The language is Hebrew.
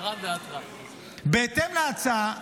בהתאם להצעה,